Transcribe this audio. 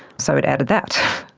so it added that.